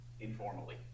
informally